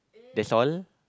that's all